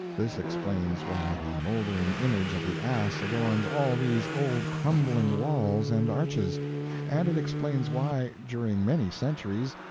this explains why the moldering image of the ass adorns all these old crumbling walls and arches and it explains why, during many centuries,